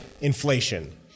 inflation